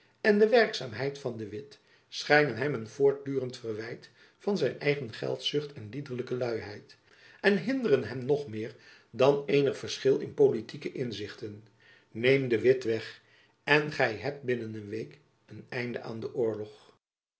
en de werkzaamheid van de witt schijnen hem een voortdurend verwijt van zijn eigen geldzucht en liederlijke luiheid en hinderen hem nog meer dan eenig verschil in politieke inzichten neem de witt weg en gy hebt binnen een week een einde aan den oorlog